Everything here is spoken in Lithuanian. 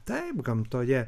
taip gamtoje